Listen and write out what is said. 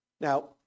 Now